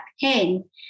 pain